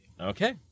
okay